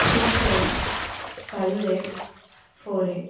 two seven five eight four eight